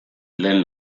lehen